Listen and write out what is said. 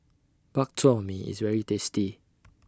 Bak Chor Mee IS very tasty